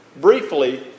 briefly